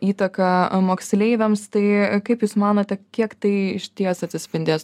įtaką moksleiviams tai kaip jūs manot kiek tai išties atsispindės